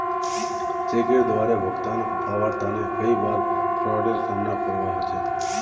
चेकेर द्वारे भुगतान पाबार तने कई बार फ्राडेर सामना करवा ह छेक